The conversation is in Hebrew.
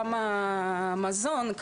כמה מזון,